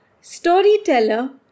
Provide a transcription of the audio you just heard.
storyteller